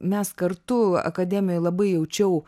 mes kartu akademijoj labai jaučiau